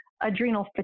adrenal